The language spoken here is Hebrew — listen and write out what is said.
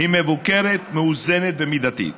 היא מבוקרת, מאוזנת ומידתית.